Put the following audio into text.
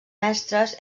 mestres